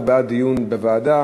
הוא בעד דיון בוועדה,